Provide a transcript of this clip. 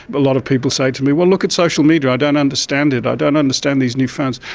but lot of people say to me, well, look at social media, i don't understand it, i don't understand these new phones.